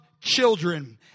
children